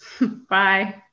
Bye